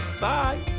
bye